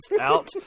out